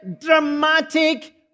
dramatic